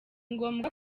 ngombwa